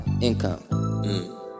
income